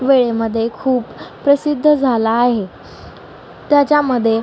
वेळेमध्ये खूप प्रसिद्ध झाला आहे त्याच्यामध्ये